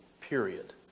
period